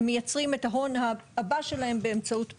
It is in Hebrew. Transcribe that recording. הן מייצרות את ההון הבא שלהן באמצעות פקקים.